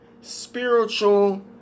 spiritual